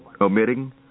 Omitting